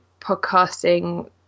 podcasting